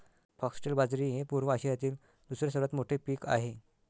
foxtail बाजरी हे पूर्व आशियातील दुसरे सर्वात मोठे पीक आहे